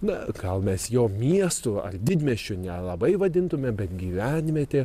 na gal mes jo miestu ar didmiesčiu nelabai vadintume bet gyvenime tie